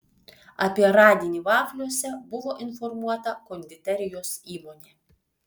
apie radinį vafliuose buvo informuota konditerijos įmonė